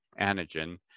antigen